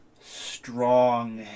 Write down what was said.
strong